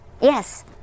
Yes